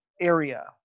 area